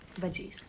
Veggies